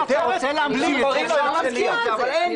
תל